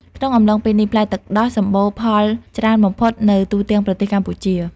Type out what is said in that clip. ក្នុងកំឡុងពេលនេះ ផ្លែទឹកដោះសម្បូរផលច្រើនបំផុតនៅទូទាំងប្រទេសកម្ពុជា។